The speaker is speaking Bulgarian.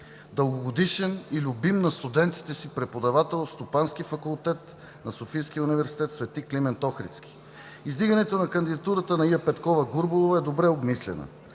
Дългогодишен и любим на студентите си преподавател е в Стопанския факултет на Софийския университет „Св. Климент Охридски“. Издигането на кандидатурата на Ия Петкова-Гурбалова е добре обмислена.